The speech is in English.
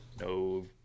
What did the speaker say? No